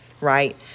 right